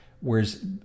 Whereas